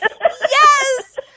Yes